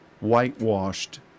whitewashed